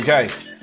Okay